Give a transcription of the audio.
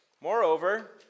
Moreover